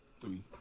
three